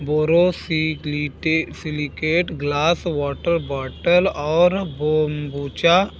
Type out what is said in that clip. borosilicate silicate glass water bottle और बोम्बुचा